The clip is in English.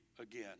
again